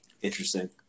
interesting